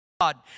God